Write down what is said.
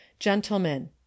gentlemen